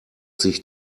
sich